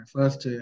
First